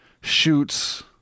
shoots